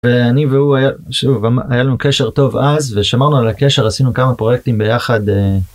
ואני והוא היה, שוב, היה לנו קשר טוב אז, ושמרנו על הקשר עשינו כמה פרויקטים ביחד.